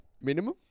Minimum